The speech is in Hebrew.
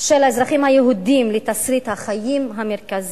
של האזרחים היהודים לתסריט החיים המרכזי.